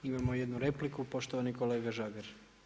Imamo jednu repliku, poštovani kolega Žagar.